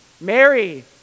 Mary